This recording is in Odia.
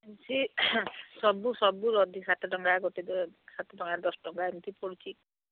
ଏମତି ସବୁ ସବୁ ରଦି ସାତ ଟଙ୍କା ଗୋଟେ ସାତ ଟଙ୍କା ଦଶ ଟଙ୍କା ଏମିତି ପଡ଼ୁଛି